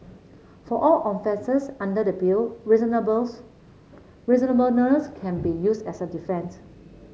for all offences under the Bill reasonable's reasonableness can be used as a defend